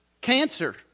Cancer